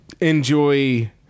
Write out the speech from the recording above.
enjoy